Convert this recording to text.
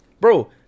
Bro